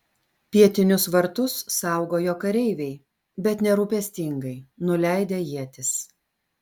pietinius vartus saugojo kareiviai bet nerūpestingai nuleidę ietis